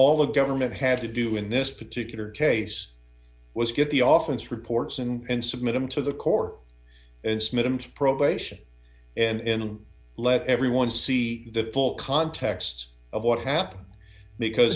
all the government had to do in this particular case was get the office reports and submit them to the core and smith and probation and let everyone see the full context of what happened because